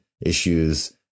issues